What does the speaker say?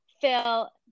Phil